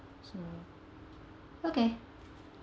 so okay